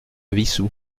wissous